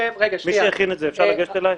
מי שהכין את זה, אפשר לגשת אליי?